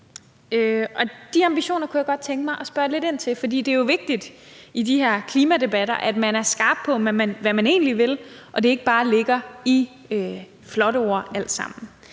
de ambitioner kunne jeg godt tænke mig at spørge lidt ind til, for det er jo vigtigt i de her klimadebatter, at man er skarp på, hvad man egentlig vil, og at det hele ikke bare er flotte ord.